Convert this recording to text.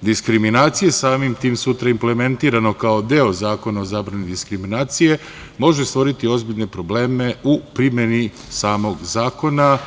diskriminacije, samim tim su implementirano kao deo Zakona o zabrani diskriminacije, može stvoriti ozbiljne probleme u primeni samog zakona.